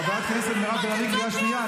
חברת הכנסת בן ארי, קריאה שנייה.